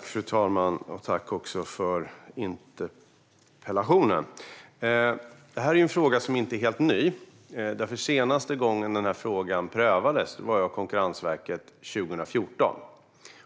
Fru talman! Tack för interpellationen! Detta är ju en fråga som inte är helt ny. Senaste gången som denna fråga prövades var av Konkurrensverket år 2014.